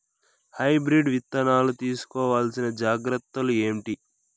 Hybrid విత్తనాలు తీసుకోవాల్సిన జాగ్రత్తలు ఏంటి?